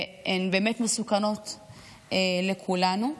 והן באמת מסוכנות לכולנו.